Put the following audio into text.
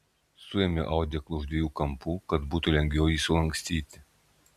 suėmiau audeklą už dviejų kampų kad būtų lengviau jį sulankstyti